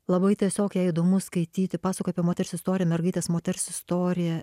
labai tiesiog ją įdomu skaityti pasakoja apie moters istoriją mergaitės moters istoriją